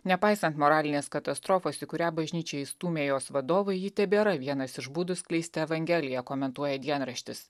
nepaisant moralinės katastrofos į kurią bažnyčią įstūmė jos vadovai ji tebėra vienas iš būdų skleisti evangeliją komentuoja dienraštis